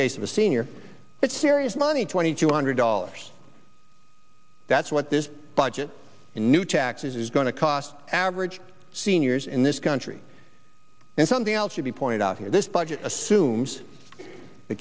case of a senior but serious money twenty two hundred dollars that's what this budget in new taxes is going to cost average seniors in this country and something else should be pointed out here this budget assumes th